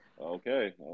okay